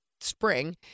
spring